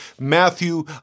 Matthew